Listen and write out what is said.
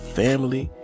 family